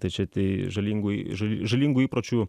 tai čia tai žalingų žali žalingų įpročių